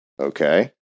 Okay